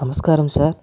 నమస్కారం సార్